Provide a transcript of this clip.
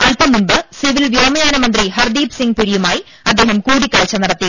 അല്പം മുമ്പ് സിവിൽ വ്യോമയാന മന്ത്രി ഹർദീപ് സിംഗ് പുരിയുമായി അദ്ദേഹം കൂടിക്കാഴ്ച നട ത്തി